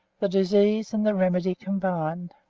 the disease and the remedy combined.